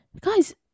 guys